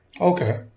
Okay